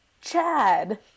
Chad